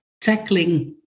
tackling